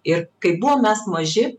ir kaip buvom mes maži